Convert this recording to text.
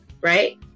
right